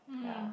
ya